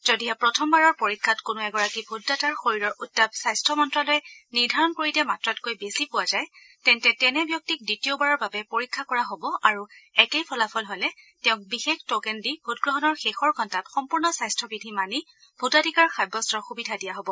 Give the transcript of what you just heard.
যদিহে প্ৰথমবাৰৰ পৰীক্ষাত কোনো এগৰাকী ভোটদাতাৰ শৰীৰৰ উত্তাপ স্বাস্থ্য মন্তালয়ে নিৰ্ধাৰণ কৰি দিয়া মাত্ৰাতকৈ বেছি পোৱা যায় তেন্তে তেনে ব্যক্তিক দ্বিতীয়বাৰৰ বাবে পৰীক্ষা কৰা হ'ব আৰু একেই ফলাফল হ'লে তেওঁক বিশেষ টোকেন দি ভোটগ্ৰহণৰ শেষৰ ঘণ্টাত সম্পূৰ্ণ স্বাস্থ্য বিধি মানি ভোটাধিকাৰ সাব্যস্তৰ সুবিধা দিয়া হব